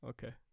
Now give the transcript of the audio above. Okay